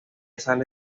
sale